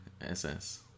SS